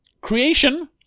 Creation